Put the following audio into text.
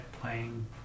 playing